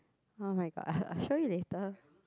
[oh]-my-god I'll I'll show you later